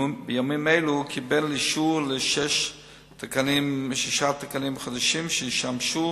בימים אלה קיבל אישור לשישה תקנים חדשים שישמשו